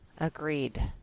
Agreed